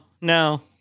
no